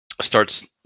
Starts